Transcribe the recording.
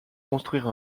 construire